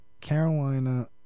Carolina